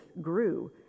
grew